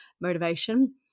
motivation